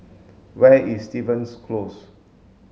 where is Stevens Close